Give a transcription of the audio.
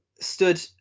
stood